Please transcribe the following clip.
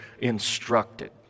instructed